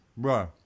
bruh